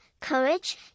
courage